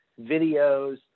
videos